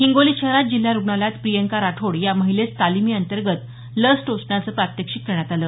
हिंगोली शहरात जिल्हा रुग्णालयात प्रियंका राठोड या महिलेस तालिमी अंतर्गत लस टोचण्याचं प्रात्यक्षिक करण्यात आलं